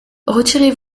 retirez